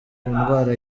ndwara